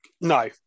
No